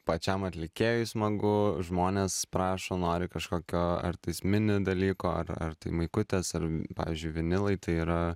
pačiam atlikėjui smagu žmonės prašo nori kažkokio ar tais mini dalyko ar ar tai maikutės ar pavyzdžiui vinilai tai yra